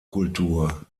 kultur